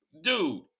Dude